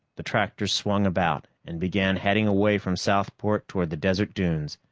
the tractor swung about and began heading away from southport toward the desert dunes.